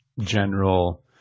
general –